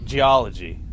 Geology